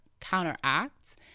counteract